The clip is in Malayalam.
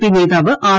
പി നേതാവ് ആർ